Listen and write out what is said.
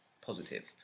Positive